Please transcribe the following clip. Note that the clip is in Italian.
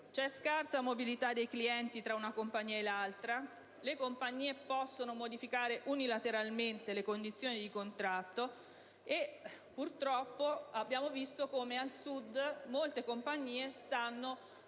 una scarsa mobilità dei clienti tra compagnie e queste possono modificare unilateralmente le condizioni di contratto. Purtroppo, abbiamo visto come al Sud molte compagnie stiano